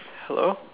hello